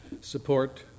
support